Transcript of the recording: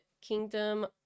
Kingdom